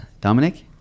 Dominic